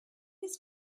his